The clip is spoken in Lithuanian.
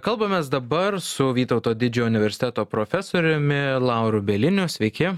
kalbamės dabar su vytauto didžiojo universiteto profesoriumi lauru bieliniu sveiki